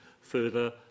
further